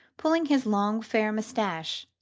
pulling his long fair moustache,